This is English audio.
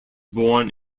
born